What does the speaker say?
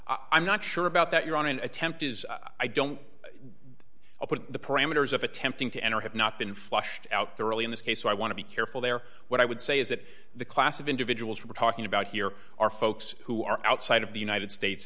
enter i'm not sure about that you're on an attempt is i don't put the parameters of attempting to enter have not been flushed out thoroughly in this case so i want to be careful there what i would say is that the class of individuals who we're talking about here are folks who are outside of the united states